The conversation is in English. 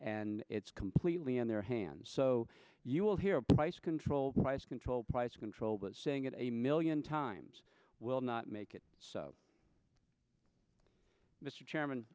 and it's completely in their hands so you will hear price control price control price control but saying it a million times will not make it so mr chairman